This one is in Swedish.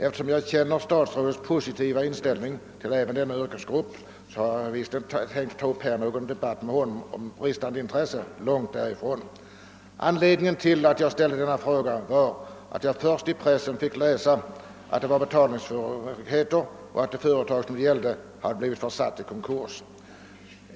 Eftersom jag känner statsrådets positiva inställning till även den yrkesgrupp det här är fråga om behöver jag inte ta upp någon debatt med honom om bristande intresse, långt därifrån. Anledningen till att jag ställde denna fråga var att jag först i pressen fick läsa, att det förekom betalningssvårigheter och att företaget som det gällde hade blivit försatt i konkurs.